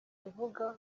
ivuga